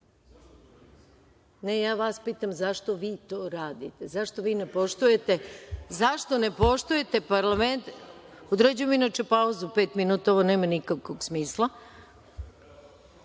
ja vas pitam zašto vi to radite? Zašto ne poštujete parlament? Određujem inače pauzu od pet minuta, ovo nema nikakvog smisla. Pet